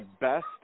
best